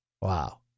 Wow